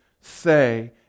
say